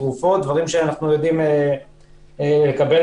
תרופות וכדומה